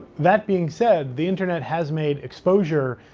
that being said, the internet has made exposure